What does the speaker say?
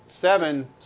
seven